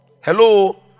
Hello